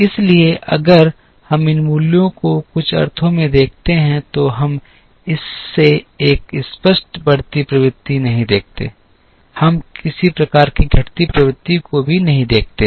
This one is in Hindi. इसलिए अगर हम इन मूल्यों को कुछ अर्थों में देखते हैं तो हम इस से एक स्पष्ट बढ़ती प्रवृत्ति नहीं देखते हैं हम किसी प्रकार की घटती प्रवृत्ति को भी नहीं देखते हैं